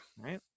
Right